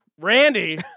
Randy